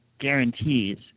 guarantees